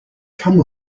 come